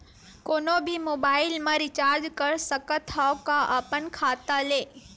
कोनो भी मोबाइल मा रिचार्ज कर सकथव का अपन खाता ले?